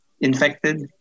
infected